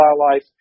wildlife